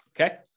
okay